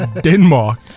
Denmark